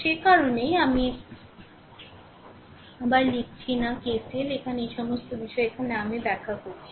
সে কারণেই আমি আবার লিখছি না KCL এখানে এই সমস্ত বিষয় এখানেই আমি ব্যাখ্যা করেছি